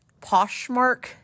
poshmark